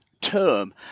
term